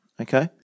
okay